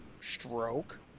stroke